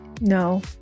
No